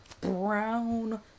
brown